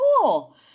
cool